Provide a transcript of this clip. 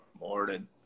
Morning